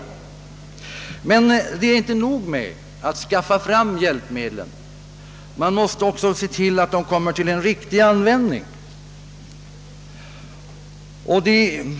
Men det är inte tillräckligt att anskaffa dessa hjälpmedel, man måste också se till att de kommer till riktig användning.